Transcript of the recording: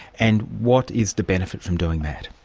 and what is the benefit from doing that?